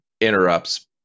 interrupts